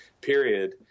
period